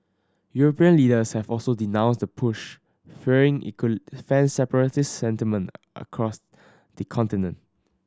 European leaders have also denounced the push fearing it could fan separatist sentiment across the continent